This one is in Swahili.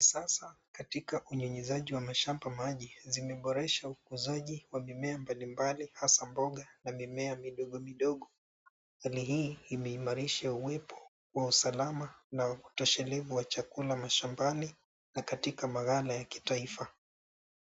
Sasa katika unyunyuzishaji wa mashamba maji zimeboreshwa ukuzaji wa mimea mbalimbali hasa mboga na mimea midogo midogo. Hali hii imeimarisha uwepo wa usalama na utoshelevu wa chakula mashambani na katika magana ya kitaifa.